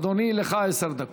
אדוני, לך עשר דקות.